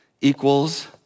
equals